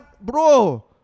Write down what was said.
bro